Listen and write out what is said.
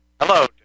Hello